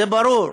זה ברור.